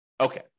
Okay